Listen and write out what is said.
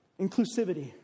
inclusivity